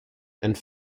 and